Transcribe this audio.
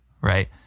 right